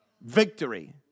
victory